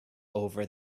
over